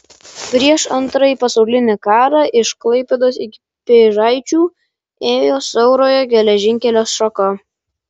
prieš antrąjį pasaulinį karą iš klaipėdos iki pėžaičių ėjo siaurojo geležinkelio šaka